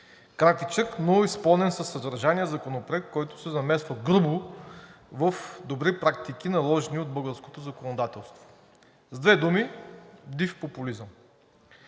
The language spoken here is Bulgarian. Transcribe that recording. кратичък, но изпълнен със съдържание законопроект, който се намесва грубо в добри практики, наложени от българското законодателство. С две думи – див популизъм.